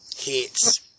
Hits